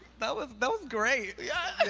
that was great. yeah